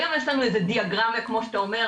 כיום יש לנו איזו דיאגרמה כמו שאתה אומר,